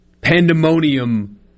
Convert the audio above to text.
Pandemonium